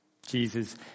Jesus